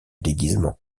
déguisement